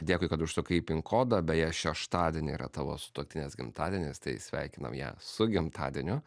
dėkui kad užsukai į pin kodą beje šeštadienį yra tavo sutuoktinės gimtadienis tai sveikinam ją su gimtadieniu